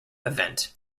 event